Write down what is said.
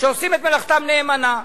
שעושים את מלאכתם נאמנה.